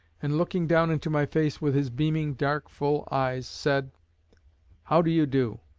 and looking down into my face with his beaming, dark, full eyes, said how do you do?